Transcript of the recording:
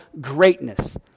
greatness